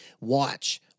watch